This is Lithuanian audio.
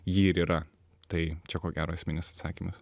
ji ir yra tai čia ko gero esminis atsakymas